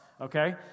okay